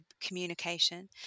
communication